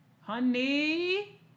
honey